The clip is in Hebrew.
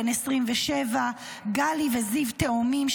בן 27,